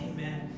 Amen